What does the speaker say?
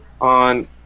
on